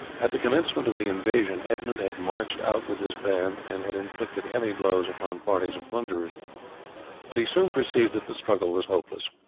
at the commencement of the invasion edmund had marched out with his band and had inflicted heavy blows upon parties of plunderers but he soon perceived that the struggle was hopeless.